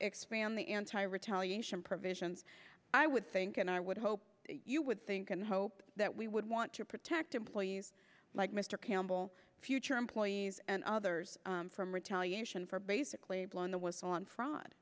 expand the anti retaliation provisions i would think and i would hope you would think and hope that we would want to protect employees like mr campbell future employees and others from retaliation for basically blowing the whistle on